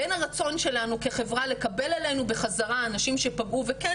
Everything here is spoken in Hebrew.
בין הרצון שלנו כחברה לקבל אלינו בחזרה אנשים שפגעו וכן